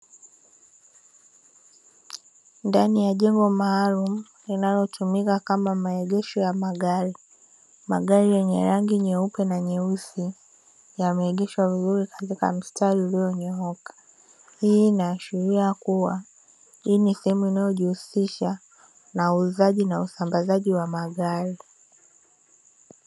Ndani ya jengo maalumu linalotumika kama maegesho ya magari. Magari yenye rangi nyeupe na nyeusi yameegeshwa vizuri katika mstari ulionyooka. Hii inaashiria kuwa hii ni sehemu inayojihusisha na uuzaji na usambazaji wa magari.